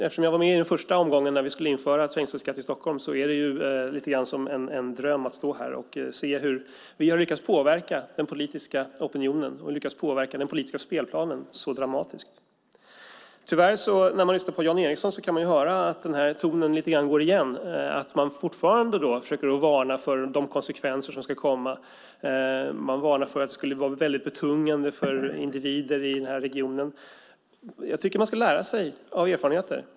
Eftersom jag var med i den första omgången, när vi skulle införa trängselskatt i Stockholm, är det lite grann som en dröm att stå här och se hur vi har lyckats påverka den politiska opinionen och lyckats påverka den politiska spelplanen så dramatiskt. När man lyssnar på Jan Ericson kan man höra att den här tonen tyvärr går igen lite grann. Man försöker fortfarande varna för de konsekvenser som ska komma. Man varnar för att det skulle vara väldigt betungande för individer i den här regionen. Jag tycker att man ska lära sig av erfarenheter.